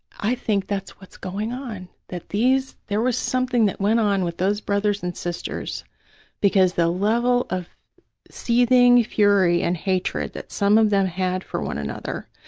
i think that's what's going on, that these, there was something that went on with those brothers and sisters because the level of seething fury and hatred that some of them had for one another,